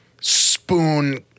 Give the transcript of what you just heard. spoon